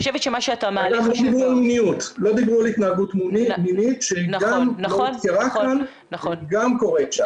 לא דיברו על התנהגות מינית שהיא גם לא הוזכרה כאן והיא גם קורית שם.